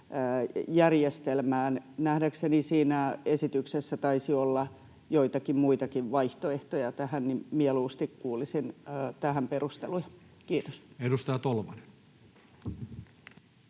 nimittämisjärjestelmään? Nähdäkseni siinä esityksessä taisi olla joitakin muitakin vaihtoehtoja tähän. Mieluusti kuulisin tähän perusteluja. — Kiitos. [Speech